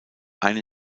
eine